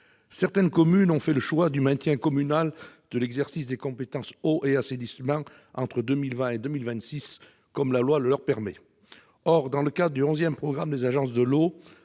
certaines communes ont fait le choix du maintien communal de l'exercice des compétences eau et assainissement entre 2020 et 2026, comme la loi le leur permet. Or, dans le cadre du onzième programme des agences de l'eau,